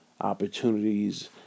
opportunities